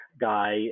guy